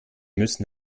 müssen